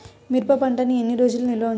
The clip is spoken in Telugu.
మిరప పంటను ఎన్ని రోజులు నిల్వ ఉంచాలి?